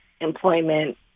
employment